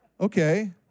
Okay